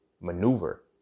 maneuver